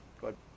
Good